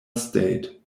state